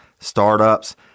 startups